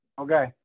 Okay